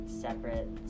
separate